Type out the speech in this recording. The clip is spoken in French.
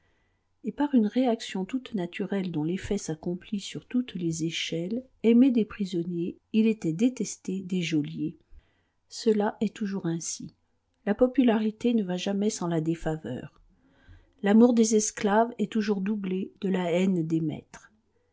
et par une réaction toute naturelle dont l'effet s'accomplit sur toutes les échelles aimé des prisonniers il était détesté des geôliers cela est toujours ainsi la popularité ne va jamais sans la défaveur l'amour des esclaves est toujours doublé de la haine des maîtres